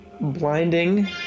blinding